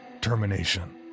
termination